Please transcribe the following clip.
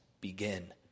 begin